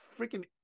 freaking